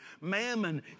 Mammon